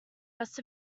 rest